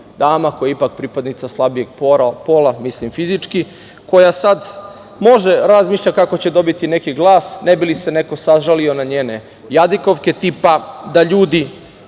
dama, koja je ipak pripadnica slabijeg pola, mislim fizički, koja sad razmišlja kako će dobiti neki glas ne bi li se neko sažalio na njene jadikovke tipa da ljudi